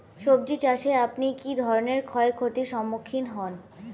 সবজী চাষে আপনি কী ধরনের ক্ষয়ক্ষতির সম্মুক্ষীণ হন?